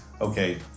okay